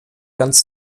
ganz